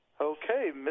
Okay